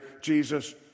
Jesus